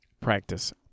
Practice